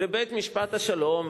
לבית-משפט השלום,